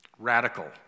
Radical